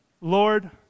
Lord